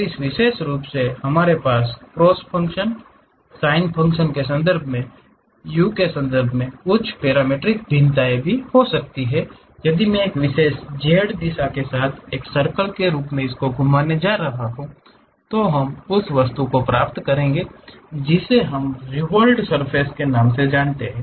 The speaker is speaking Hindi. और विशेष रूप से हमारे पास कॉस फ़ंक्शंस साइन फ़ंक्शंस के संदर्भ में यू के संदर्भ में कुछ पैरामीट्रिक भिन्नताएं हैं यदि मैं एक विशेष जेड दिशा के साथ एक सर्कल के रूप में घूमने जा रहा हूं तो हम उस वस्तु को प्राप्त करेंगे जिसे हम रिवोल्व्ड़ सर्फ़ेस कहते हैं